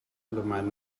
roman